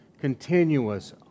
continuous